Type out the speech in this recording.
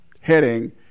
heading